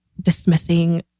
dismissing